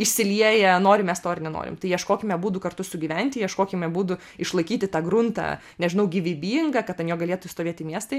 išsilieja norim mes to ar nenorim tai ieškokime būdų kartu sugyventi ieškokime būdų išlaikyti tą gruntą nežinau gyvybingą kad ant jo galėtų stovėti miestai